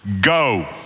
Go